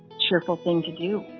cheerful thing to do.